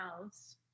else